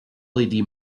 led